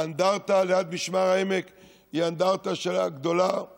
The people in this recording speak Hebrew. האנדרטה ליד משמר העמק היא האנדרטה למספר